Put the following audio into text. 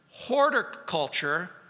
horticulture